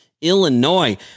Illinois